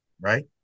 right